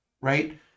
right